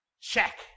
check